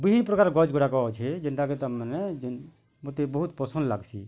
ଦୁଇ ପ୍ରକାର ଗଛ୍ଗୁଡ଼ାକ ଅଛି ଯେନ୍ତା କି ତମେମାନେ ଯେନ୍ ମୋତେ ବହୁତ ପସନ୍ଦ ଲାଗ୍ସି